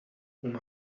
uma